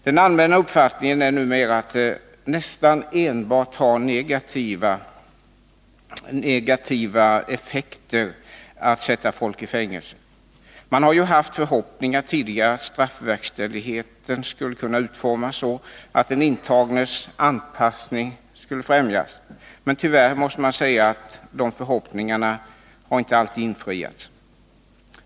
Den allmänna uppfattningen är numera att det nästan enbart har negativa effekter att sätta folk i fängelse. Man har ju tidigare haft förhoppningar att straffverkställigheten skulle kunna utformas så, att den intagnes anpassning skulle främjas. Men tyvärr måste man säga att de förhoppningarna inte har infriats.